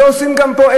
זה עושים גם פה.